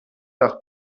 nach